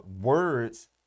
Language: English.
words